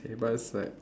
but it's like